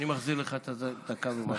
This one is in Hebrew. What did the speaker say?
אני מחזיר לך את הדקה ומשהו.